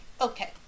Okay